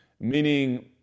meaning